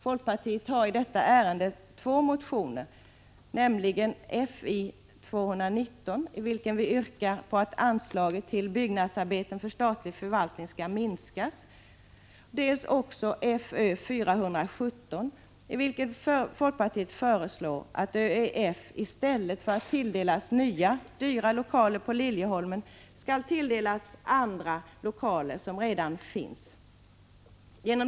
Folkpartiet har i detta ärende väckt två motioner, nämligen dels Fi219, i vilken vi yrkar att anslaget till byggnadsarbeten för statlig förvaltning skall minska, dels också Fö417, i vilken vi föreslår att ÖEF i stället för att tilldelas dyrbara nya lokaler på Liljeholmen skall tilldelas lokaler som redan finns.